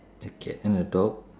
a cat and a dog